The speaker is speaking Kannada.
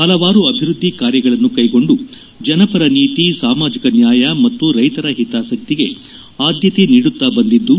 ಪಲವಾರು ಅಭಿವ್ಯದ್ದಿ ಕಾರ್ಯಗಳನ್ನು ಕೈಗೊಂಡು ಜನಪರನೀತಿ ಸಾಮಾಜಕನ್ನಾಯ ಮತ್ತು ರೈತರ ಹಿತಾಸಕ್ತಿಗೆ ಆದ್ಯತೆ ನೀಡುತ್ತಾ ಬಂದಿದ್ದು